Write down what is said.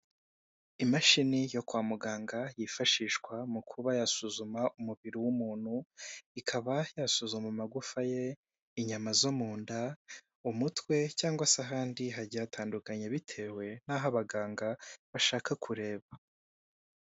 Imashini yo kwa muganga yifashishwa mu kuba yasuzuma umubiri w'umuntu, ikaba yasuzuma amagufa ye, inyama zo mu nda, umutwe cyangwa se ahandi hagiye hatandukanye, bitewe n'aho abaganga bashaka kureba.